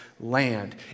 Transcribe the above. land